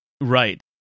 Right